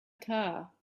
car